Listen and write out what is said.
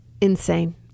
insane